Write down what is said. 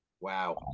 wow